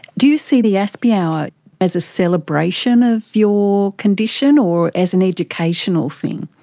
do you see the aspie hour as a celebration of your condition or as an educational thing?